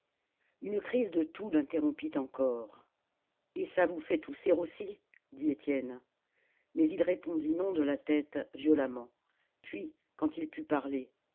une crise de toux l'interrompit encore et ça vous fait tousser aussi dit étienne mais il répondit non de la tête violemment puis quand il put parler